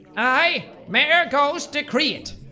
i, mayor ghost, decree it!